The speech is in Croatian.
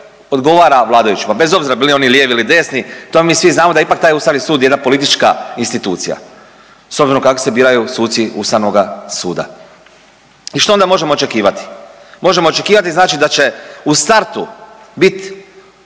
odgovara vladajućima, bez obzira bili oni lijevi ili desni to mi svi znamo da je taj Ustavni sud jedna politička institucija s obzirom kako se biraju suci Ustavnoga suda. I što onda možemo očekivati? Možemo očekivati znači da će u startu bit